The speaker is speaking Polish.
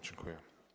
Dziękuję.